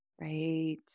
Right